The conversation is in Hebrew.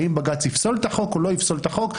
האם בג"ץ יפסול את החוק או לא יפסול את החוק?